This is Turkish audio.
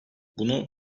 bunu